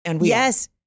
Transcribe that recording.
Yes